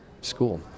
school